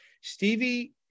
Stevie